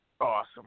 Awesome